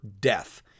death